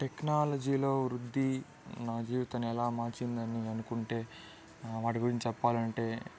టెక్నాలజీలో వృద్ది నా జీవితాన్ని ఎలా మార్చింది అని అనుకుంటే వాటి గురించి చెప్పాలంటే